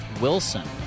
Wilson